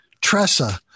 Tressa